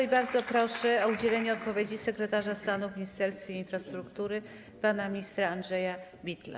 I bardzo proszę o udzielenie odpowiedzi sekretarza stanu w Ministerstwie Infrastruktury pana ministra Andrzeja Bittela.